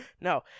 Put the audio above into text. No